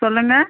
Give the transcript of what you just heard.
சொல்லுங்க